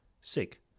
Sick